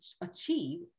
achieve